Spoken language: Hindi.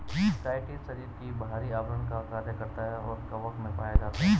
काइटिन शरीर के बाहरी आवरण का कार्य करता है और कवक में पाया जाता है